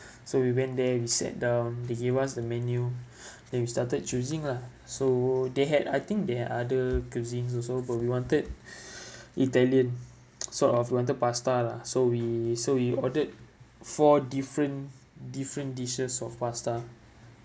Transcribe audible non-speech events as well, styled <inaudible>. <breath> so we went there we sat down they give us the menu <breath> then we started choosing lah so they had I think they had other cuisines also but we wanted <breath> italian sort of we wanted pasta lah so we so we ordered four different different dishes of pasta